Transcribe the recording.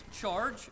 charge